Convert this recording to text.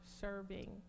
serving